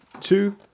two